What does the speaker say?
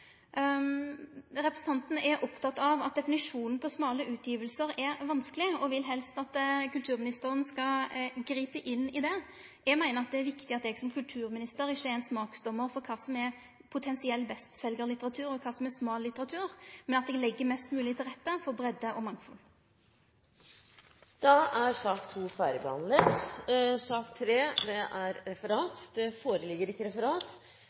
Representanten er oppteken av at definisjonen av «smale utgivelser» er vanskeleg, og vil helst at kulturministeren skal gripe inn i det. Eg meiner at det er viktig at eg som kulturminister ikkje er ein smaksdommar for kva som er potensiell bestseljarlitteratur, og kva som er smal litteratur, men at eg legg mest mogleg til rette for breidd og mangfald. Da er sak nr. 2 ferdigbehandlet. Det foreligger ikke noe referat.